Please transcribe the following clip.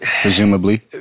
Presumably